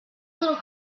little